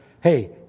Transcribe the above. Hey